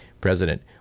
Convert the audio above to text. President